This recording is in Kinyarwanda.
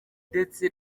ndetse